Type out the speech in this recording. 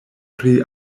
pri